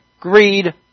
greed